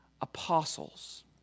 apostles